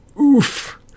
oof